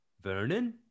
Vernon